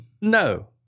No